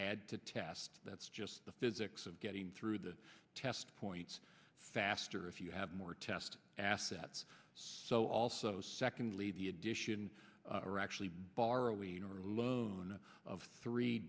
add to test that's just the physics of getting through the test points faster if you have more test assets so also secondly the addition are actually borrowing or luna of three